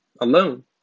alone